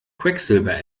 quecksilber